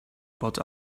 about